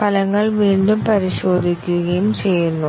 ഫലങ്ങൾ വീണ്ടും പരിശോധിക്കുകയും ചെയ്യുന്നു